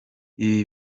ibi